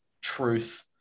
truth